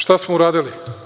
Šta smo uradili?